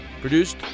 Produced